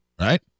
Right